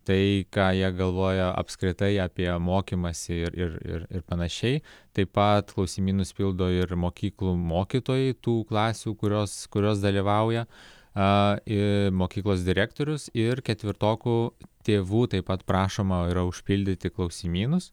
tai ką jie galvoja apskritai apie mokymąsi ir ir panašiai taip pat klausimynus pildo ir mokyklų mokytojai tų klasių kurios kurios dalyvauja a ir mokyklos direktorius ir ketvirtokų tėvų taip pat prašoma yra užpildyti klausimynus